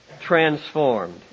transformed